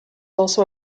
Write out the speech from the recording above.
also